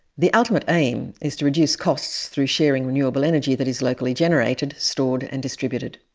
the ultimate aim is to reduce costs through sharing renewable energy that is locally generated, stored and distributed.